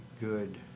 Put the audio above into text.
good